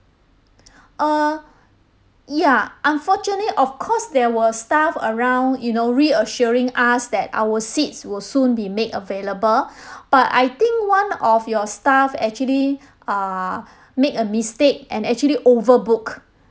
uh ya unfortunately of course there were staff around you know reassuring us that our seats will soon be made available but I think one of your staff actually uh made a mistake and actually overbook